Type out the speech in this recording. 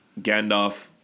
Gandalf